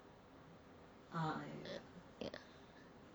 ya